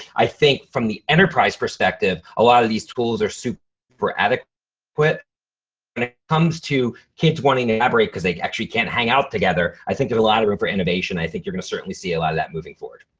i think from the enterprise perspective, a lot of these tools are super adequate. but when it comes to kids wanting to elaborate cause they actually can't hang out together, i think there's a lot of room for innovation. i think you're gonna certainly see a lot of that moving forward.